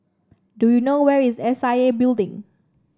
do you know where is S I A Building